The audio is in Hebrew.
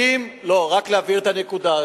אם, לא, רק להבהיר את הנקודה.